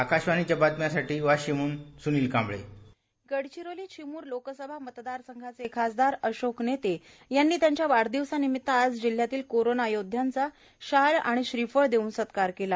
आकाशवाणीच्या बातम्यांसाठी वाशीमहन स्नील कांबळे गडचिरोली चिमूर लोकसभा मतदार संघाचे खासदार अशोक नेते यांनी त्यांच्या वाढ दिवसानिमित आज जिल्ह्यातील कोरोना योदध्यांचा शाल आणि श्रीफळ देऊन सत्कार केला